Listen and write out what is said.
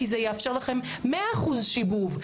כי זה יאפשר לכם 100% שיבוב.